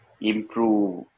improve